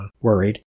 worried